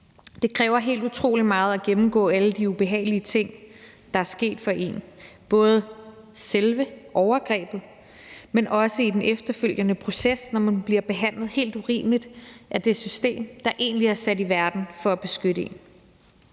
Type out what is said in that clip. Det kræver helt utrolig meget at gennemgå alle de ubehagelige ting, der er sket for en, både selve overgrebet, men også den efterfølgende proces, når man er blevet behandlet helt urimeligt af det system, der egentlig er sat i verden for at beskytte en,